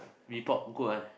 mee pok good one